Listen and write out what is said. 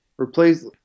Replace